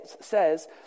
says